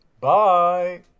Bye